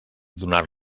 donar